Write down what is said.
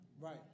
right